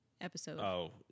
episode